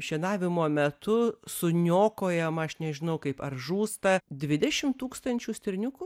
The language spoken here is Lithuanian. šienavimo metu suniokojama aš nežinau kaip ar žūsta dvidešim tūkstančių stirniukų